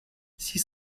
six